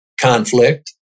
conflict